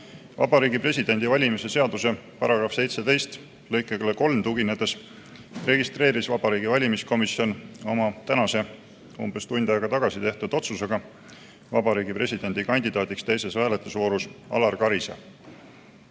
Vabariigi Presidendi valimise seaduse § 17 lõikele 3 tuginedes registreeris Vabariigi Valimiskomisjon oma tänase umbes tund aega tagasi tehtud otsusega Vabariigi Presidendi kandidaadiks teises hääletusvoorus Alar Karise.